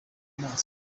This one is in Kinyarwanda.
amaso